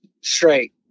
straight